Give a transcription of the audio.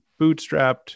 bootstrapped